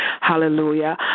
Hallelujah